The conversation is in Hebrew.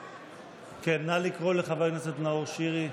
נא לקרוא לחבר הכנסת שירי,